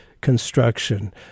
construction